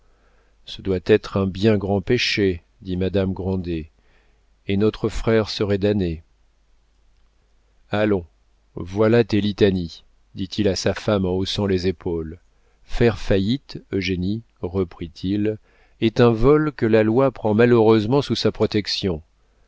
ce doit être un bien grand péché dit madame grandet et notre frère serait damné allons voilà tes litanies dit-il à sa femme en haussant les épaules faire faillite eugénie reprit-il est un vol que la loi prend malheureusement sous sa protection